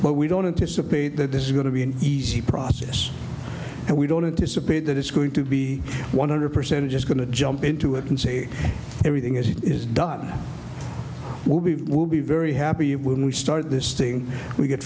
but we don't anticipate that this is going to be an easy process and we don't anticipate that it's going to be one hundred percent just going to jump into it and see everything as it is done will be will be very happy when we start this thing we get